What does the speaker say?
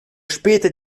später